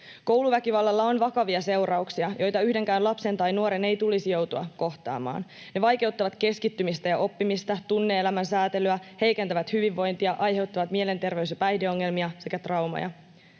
Kouluväkivallalla on vakavia seurauksia, joita yhdenkään lapsen tai nuoren ei tulisi joutua kohtaamaan. Ne vaikeuttavat keskittymistä ja oppimista, tunne-elämän säätelyä, heikentävät hyvinvointia, aiheuttavat mielenterveys‑ ja päihdeongelmia sekä traumoja.